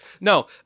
No